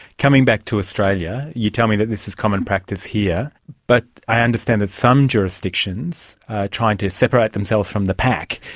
coming back to australia, you tell me that this is common practice here, but i understand that some jurisdictions are trying to separate themselves from the pack.